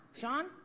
Sean